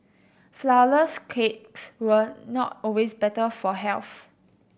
flourless cakes were not always better for health